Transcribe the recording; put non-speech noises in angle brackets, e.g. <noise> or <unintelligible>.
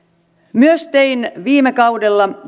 myös <unintelligible> viime kaudella